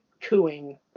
cooing